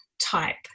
type